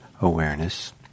Awareness